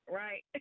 right